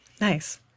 Nice